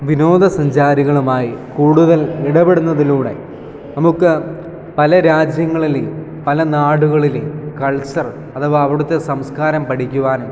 വിനോദസഞ്ചാരികളുമായി കൂടുതൽ ഇടപെടുന്നതിലൂടെ നമുക്ക് പല രാജ്യങ്ങളിലെയും പല നാടുകളിലെയും കൾച്ചർ അഥവാ അവിടുത്തെ സംസ്കാരം പഠിക്കുവാനും